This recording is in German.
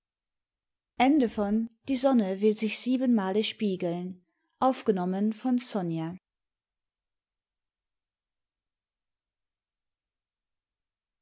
die sonne will sich sieben male spiegeln